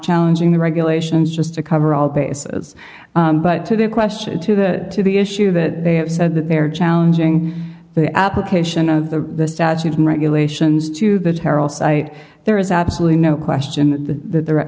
challenging the regulations just to cover all bases but to the question to the to the issue that they have said that they're challenging the application of the statute and regulations to the terrel site there is absolutely no question that the stat